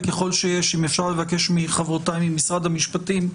אם אפשר לבקש מחברותיי ממשרד המשפטים,